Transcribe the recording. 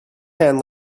hand